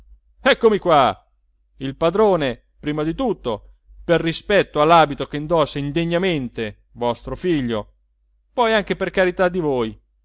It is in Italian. eccomi qua il padrone prima di tutto per rispetto all'abito che indossa indegnamente vostro figlio poi anche per carità di voi